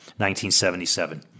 1977